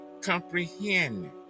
comprehend